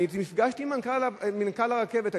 נפגשתי עם מנכ"ל הרכבת,